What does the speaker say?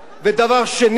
דבר שני,